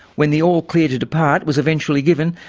when the all clear to depart was eventually given,